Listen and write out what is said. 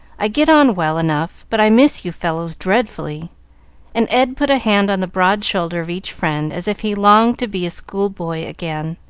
i get on well enough, but i miss you fellows dreadfully and ed put a hand on the broad shoulder of each friend, as if he longed to be a school-boy again.